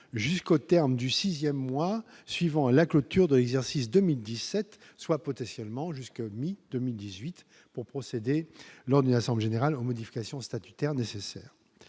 jusqu'au terme du 6ème mois suivant la clôture de l'exercice 2017, soit potentiellement jusque mi-2018 pour procéder lors d'une assemblée générale modifications statutaires nécessaires